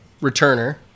returner